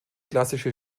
klassische